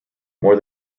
more